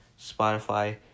Spotify